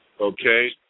Okay